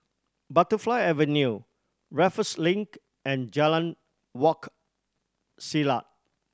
Butterfly Avenue Raffles Link and Jalan Wak Selat